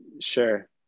sure